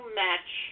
match